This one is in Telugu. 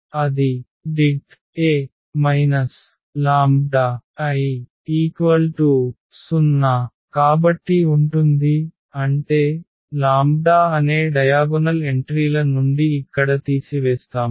అది | A λI | 0 కాబట్టి ఉంటుంది అంటే లాంబ్డా అనే డయాగొనల్ ఎంట్రీల నుండి ఇక్కడ తీసివేస్తాము